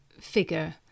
figure